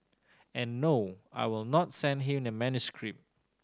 and no I will not send him the manuscript